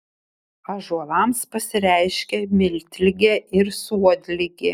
ąžuolams pasireiškia miltligė ir suodligė